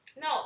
No